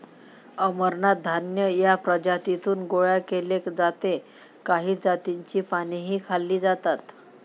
अमरनाथ धान्य या प्रजातीतून गोळा केले जाते काही जातींची पानेही खाल्ली जातात